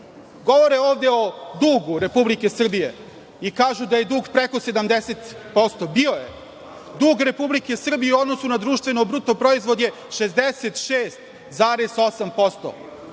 40%.Govore ovde o dugu Republike Srbije i kažu da je dug preko 70%. Bio je. Dug Republike Srbije u odnosu na društveni bruto proizvod je 66,8%.